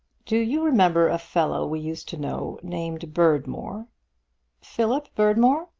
do you remember a fellow we used to know named berdmore? philip berdmore?